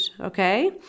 okay